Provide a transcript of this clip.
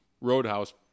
Roadhouse